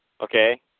okay